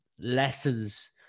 lessons